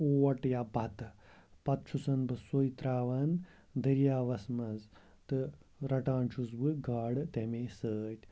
اوٹ یا بَتہٕ پَتہٕ چھُس بہٕ سُے ترٛاوان دٔریاوَس منٛز تہٕ رَٹان چھُس بہٕ گاڈٕ تَمے سۭتۍ